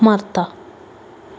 Martha